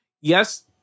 yes